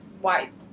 white